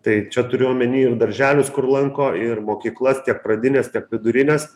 tai čia turiu omeny ir darželius kur lanko ir mokyklas tiek pradines tiek vidurines